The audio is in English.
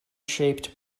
shaped